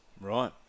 Right